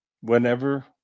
Whenever